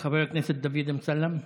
חבר הכנסת דוד אמסלם.